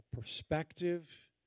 perspective